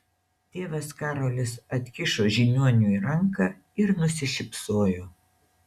tėvas karolis atkišo žiniuoniui ranką ir nusišypsojo